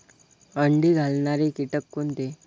अंडी घालणारे किटक कोणते?